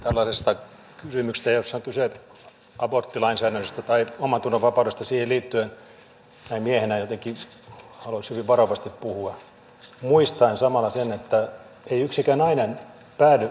tällaisesta kysymyksestä jossa on kyse aborttilainsäädännöstä tai omantunnonvapaudesta siihen liittyen näin miehenä jotenkin haluaisin hyvin varovasti puhua muistaen samalla sen että ei yksikään nainen päädy aborttiin ilman että syy olisi aina myös miehessä